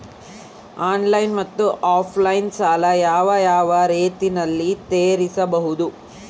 Online ಮತ್ತೆ offline ಸಾಲ ಯಾವ ಯಾವ ರೇತಿನಲ್ಲಿ ತೇರಿಸಬಹುದು?